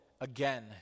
again